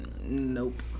nope